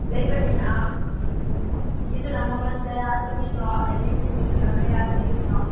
ꯂꯩꯕꯅꯤꯅ ꯈꯨꯠꯀꯤꯗꯨꯅ ꯃꯃꯜ ꯀꯌꯥ ꯆꯤꯡꯉꯤꯅꯣ ꯑꯗꯩ ꯃꯦꯆꯤꯟꯒꯤꯗꯨꯅ ꯀꯌꯥ ꯆꯤꯡꯉꯤꯅꯣ